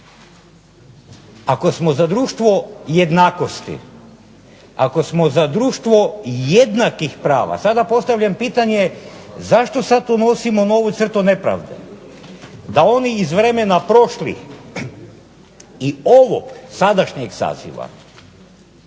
Ako smo za društvo jednakosti, ako smo za društvo jednakih prava, sada postavljam pitanje zašto sad unosimo novu crtu nepravde da oni iz vremena prošlih i ovog sadašnjeg saziva